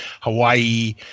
Hawaii